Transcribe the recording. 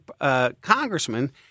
congressman